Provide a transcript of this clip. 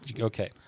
Okay